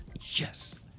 yes